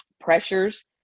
pressures